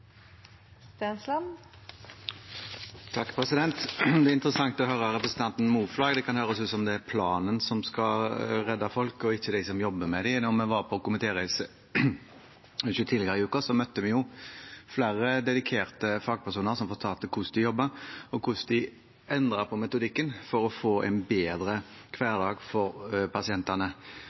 planen som skal redde folk, ikke de som jobber med dem. Da vi var på komitéreise tidligere i uken, møtte vi flere dedikerte fagpersoner som fortalte hvordan de jobber, og hvordan de endrer på metodikken for å få en bedre hverdag for pasientene.